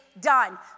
done